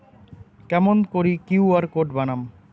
কেমন করি QR code বানাম?